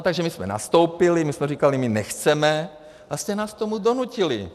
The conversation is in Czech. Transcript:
Takže my jsme nastoupili a my jsme říkali, my nechceme, a vy jste nás k tomu donutili.